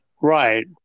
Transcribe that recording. Right